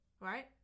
right